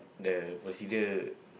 the procedure